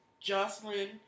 Jocelyn